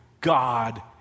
God